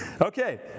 Okay